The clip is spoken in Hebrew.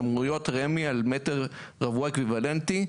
שמאויות רמ"י על מטר רבוע אקוויוולנטי,